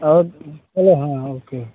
और चलो हाँ हाँ ओके